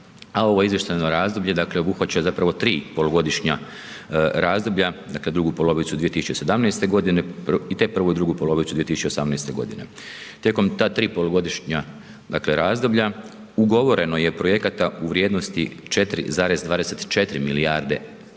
a ovo izvještajno razdoblje, dakle, obuhvaća zapravo 3 polugodišnja razdoblja, dakle, drugu polovicu 2017.g., te prvu i drugu polovicu 2018.g. Tijekom ta 3 polugodišnja, dakle, razdoblja, ugovoreno je projekata u vrijednosti 4,24 milijarde